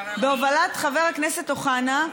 בהובלת חבר הכנסת אוחנה,